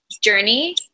journey